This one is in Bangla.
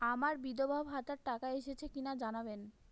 আমার বিধবাভাতার টাকা এসেছে কিনা জানাবেন?